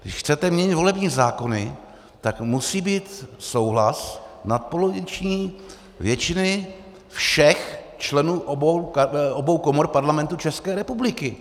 Když chcete měnit volební zákony, tak musí být souhlas nadpoloviční většiny všech členů obou komor Parlamentu České republiky.